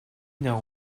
know